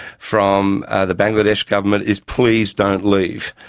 from the bangladesh government is please don't leave.